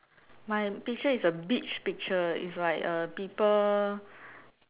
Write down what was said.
my picture is a beach picture is like a people